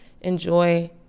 enjoy